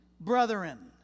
brethren